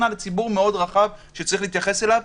ציבור רחב מאוד שצריך להתייחס אליו.